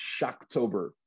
Shocktober